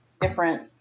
different